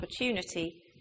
opportunity